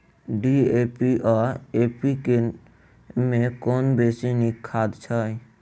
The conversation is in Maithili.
डी.ए.पी आ एन.पी.के मे कुन बेसी नीक खाद छैक?